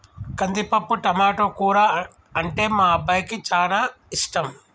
కందిపప్పు టమాటో కూర అంటే మా అబ్బాయికి చానా ఇష్టం